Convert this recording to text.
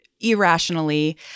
irrationally